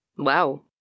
Wow